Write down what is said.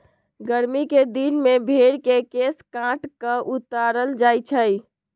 गरमि कें दिन में भेर के केश काट कऽ उतारल जाइ छइ